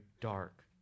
dark